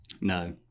No